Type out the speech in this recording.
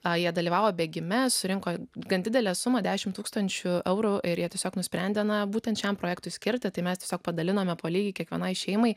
a jie dalyvavo bėgime surinko gan didelę sumą dešim tūkstančių eurų ir jie tiesiog nusprendė na būtent šiam projektui skirtą tai mes tiesiog padalinome po lygiai kiekvienai šeimai